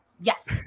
Yes